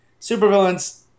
supervillains